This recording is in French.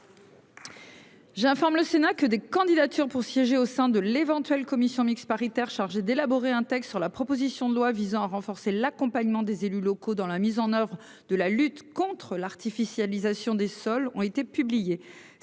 informe le Sénat que des candidatures pour siéger au sein de l'éventuelle commission mixte paritaire chargée d'élaborer un texte sur la proposition de loi visant à renforcer l'accompagnement des élus locaux dans la mise en oeuvre de la lutte contre l'artificialisation des sols ont été publiés